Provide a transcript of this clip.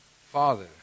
Father